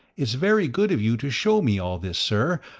it's very good of you to show me all this, sir,